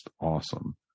awesome